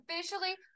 officially